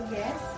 yes